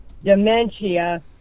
Dementia